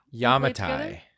Yamatai